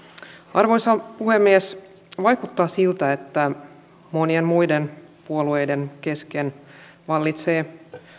arvoisa puhemies vaikuttaa siltä että monien muiden puolueiden kesken vallitsee